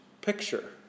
picture